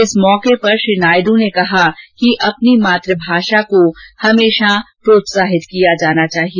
इस अवसर पर श्री नायडू ने कहा कि अपनी मातृभाषा को हमेशा प्रोत्साहन किया जाना चाहिए